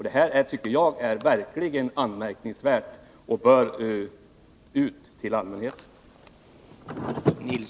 Detta tycker jag är något verkligt anmärkningsvärt, och det bör föras ut till allmänhetens kännedom.